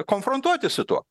konfrontuoti su tuo